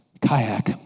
kayak